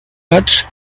match